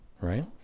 right